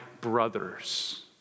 brothers